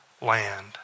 land